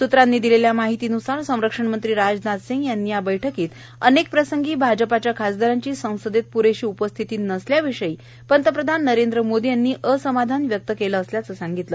सूत्रांनी दिलेल्या माहितीन्सार संरक्षणमंत्री राजनाथ सिंग यांनी या बैठकीत अनेक प्रसंगी भाजपाच्या खासदारांची संसदेत प्रेशी उपस्थिती नसल्याविषयी पंतप्रधान नरेंद्र मोदी यांनी असमाधान व्यक्त केल्याचं सांगितलं